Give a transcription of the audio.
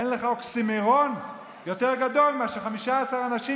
אין לך אוקסימורון יותר גדול מאשר 15 אנשים